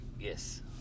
Yes